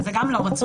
וזה גם לא רצוי.